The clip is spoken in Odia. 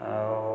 ଆଉ